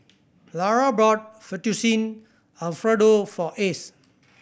Lara bought Fettuccine Alfredo for Ace